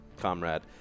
comrade